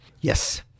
Yes